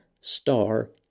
star